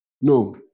No